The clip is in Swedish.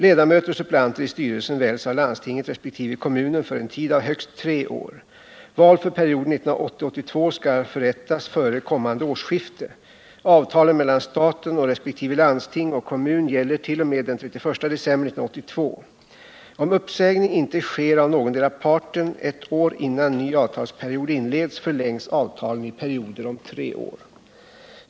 Ledamöter och suppleanter i styrelsen väljs av landstinget resp. kommunen för en tid av högst tre år. Val för perioden 1980-1982 skall förrättas före kommande årsskifte. Avtalen mellan staten och resp. landsting och kommun gäller t.o.m. den 31 december 1982. Om uppsägning inte sker av någondera parten ett år innan ny avtalsperiod inleds, förlängs avtalen i perioder om tre år.